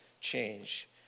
change